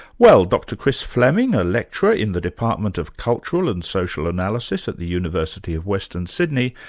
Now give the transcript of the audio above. well dr chris fleming, a lecturer in the department of cultural and social analysis at the university of western sydney,